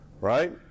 right